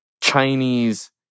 Chinese